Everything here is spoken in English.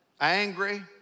Angry